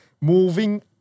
moving